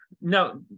no